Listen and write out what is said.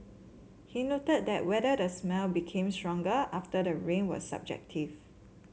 he noted that whether the smell became stronger after the rain was subjective